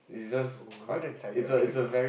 wooden tiger